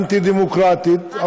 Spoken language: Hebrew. אנטי-דמוקרטית,